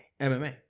MMA